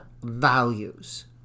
values